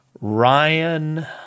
Ryan